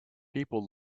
people